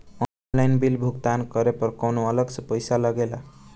Online bill भुगतान करे पर कौनो अलग से पईसा लगेला?